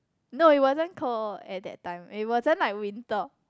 no it wasn't cold at that time it wasn't like winter